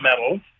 medals